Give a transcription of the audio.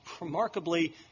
remarkably